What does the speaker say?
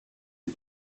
est